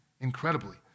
incredibly